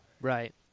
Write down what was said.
Right